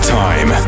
time